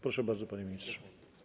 Proszę bardzo, panie ministrze.